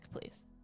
please